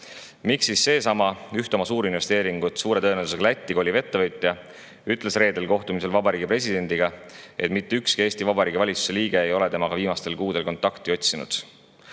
Miks seesama, üht oma suurinvesteeringut suure tõenäosusega Lätti [viiv] ettevõtja ütles reedel kohtumisel presidendiga, et mitte ükski Eesti Vabariigi valitsuse liige ei ole temaga viimastel kuudel kontakti otsinud.